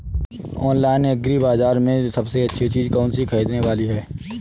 Online agri बाजार में सबसे अच्छी चीज कौन सी ख़रीदने वाली है?